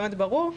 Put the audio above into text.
ברור.